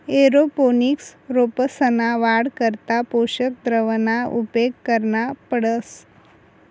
aeroponics रोपंसना वाढ करता पोषक द्रावणना उपेग करना पडस